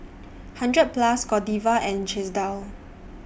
hundred Plus Godiva and Chesdale